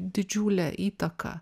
didžiulę įtaką